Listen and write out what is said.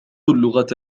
اللغة